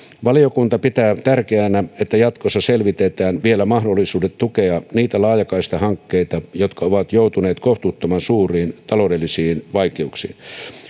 valiokunta pitää tärkeänä että jatkossa selvitetään vielä mahdollisuudet tukea niitä laajakaistahankkeita jotka ovat joutuneet kohtuuttoman suuriin taloudellisiin vaikeuksiin